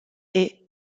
est